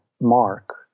mark